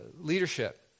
leadership